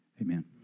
Amen